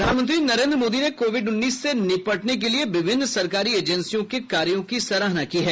प्रधानमंत्री नरेन्द्र मोदी ने कोविड उन्नीस से निपटने के लिए विभिन्न सरकारी एजेंसियों के कार्यों की सराहना की है